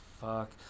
fuck